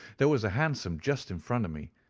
there was a hansom just in front of me,